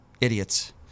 Idiots